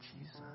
Jesus